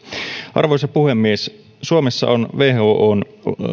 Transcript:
arvoisa puhemies suomessa on whon